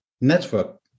network